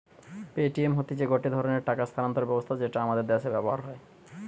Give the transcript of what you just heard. Paytm হতিছে গটে ধরণের টাকা স্থানান্তর ব্যবস্থা যেটা আমাদের দ্যাশে ব্যবহার হয়